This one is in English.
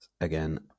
again